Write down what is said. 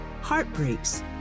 heartbreaks